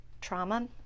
trauma